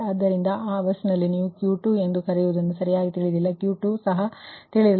ಆದ್ದರಿಂದ ಆ ಬಸ್ನಲ್ಲಿ Q2 ತಿಳಿದಿಲ್ಲ